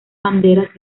banderas